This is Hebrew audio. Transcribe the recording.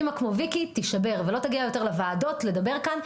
אמא כמו ויקי תישבר ולא תגיע יותר לוועדות לדבר כאן,